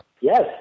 Yes